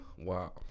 Wow